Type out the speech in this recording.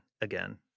again